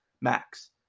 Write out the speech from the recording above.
max